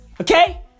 Okay